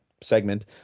segment